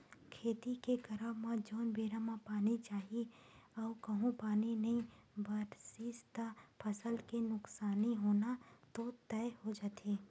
खेती के करब म जउन बेरा म पानी चाही अऊ कहूँ पानी नई बरसिस त फसल के नुकसानी होना तो तय हो जाथे